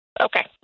Okay